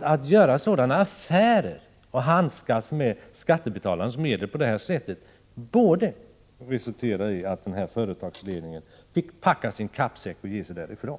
man gör sådana affärer och att man handskas med skattebetalarnas medel på det här sättet borde resultera i att företagsledningen fick packa kappsäcken och ge sig därifrån.